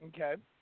Okay